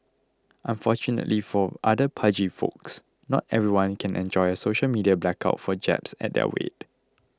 unfortunately for other pudgy folks not everyone can enjoy a social media blackout for jabs at their weight